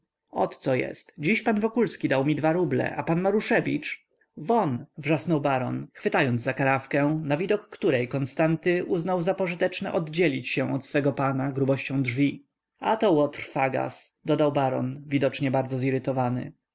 ot co jest dziś pan wokulski dał mi dwa ruble a pan maruszewicz won wrzasnął baron chwytając za karafkę na widok której konstanty uznał za pożyteczne oddzielić się od swego pana grubością drzwi a to łotr fagas dodał baron widocznie bardzo zirytowany